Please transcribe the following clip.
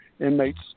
inmates